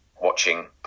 watching